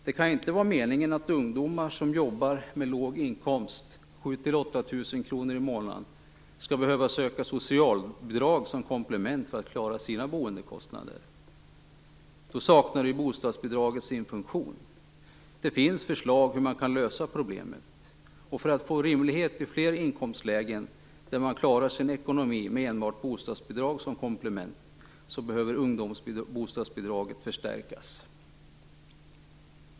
Det kan inte var meningen att ungdomar som jobbar med låg inkomst, 7 000 8 000 kr i månaden, skall behöva söka socialbidrag som komplement för att klara sina boendekostnader. Då saknar ju bostadsbidraget sin funktion. Det finns förslag till hur man kan lösa problemen. För att få rimlighet i fler inkomstlägen där man klarar sin ekonomi med enbart bostadsbidrag som komplement behöver ungdomsbostadsbidraget förstärkas.